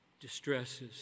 distresses